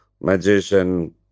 magician